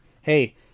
hey